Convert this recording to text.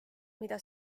mida